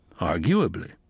Arguably